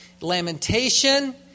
lamentation